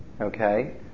okay